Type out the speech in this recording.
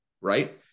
right